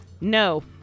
No